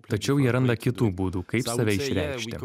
tačiau jie randa kitų būdų kaip save išreikšti